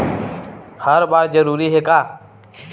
हर बार जरूरी हे का?